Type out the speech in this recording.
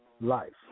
life